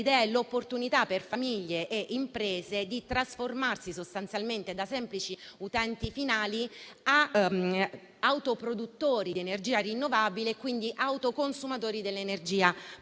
e l'opportunità per famiglie e imprese di trasformarsi sostanzialmente da semplici utenti finali a autoproduttori di energia rinnovabile e quindi autoconsumatori dell'energia prodotta.